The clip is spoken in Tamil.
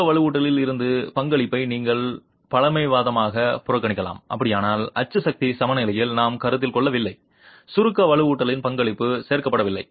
சுருக்க வலுவூட்டலில் இருந்து பங்களிப்பை நீங்கள் பழமைவாதமாக புறக்கணிக்கலாம் அப்படியானால் அச்சு சக்தி சமநிலையில் நாம் கருத்தில் கொள்ளவில்லை சுருக்க வலுவூட்டலின் பங்களிப்பு சேர்க்கப்படவில்லை